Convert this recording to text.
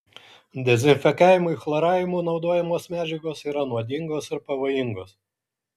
dezinfekavimui chloravimu naudojamos medžiagos yra nuodingos ir pavojingos